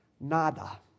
Nada